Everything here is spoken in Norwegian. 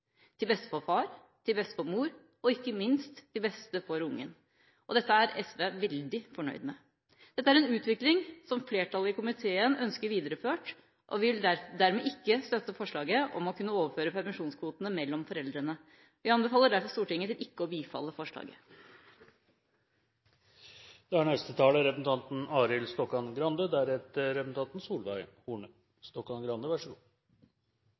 til beste for far, til beste for mor og ikke minst til beste for ungen. Dette er SV veldig fornøyd med. Dette er en utvikling som flertallet i komiteen ønsker videreført, og vi vil dermed ikke støtte forslaget om å kunne overføre permisjonskvotene mellom foreldrene. Vi anbefaler derfor at Stortinget ikke bifaller forslaget. Norge har i dag en familiepolitikk som gjør at familiene står friere enn noensinne – gjennom en god